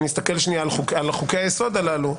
אם נסתכל שנייה על חוקי היסוד הללו,